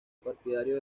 partidario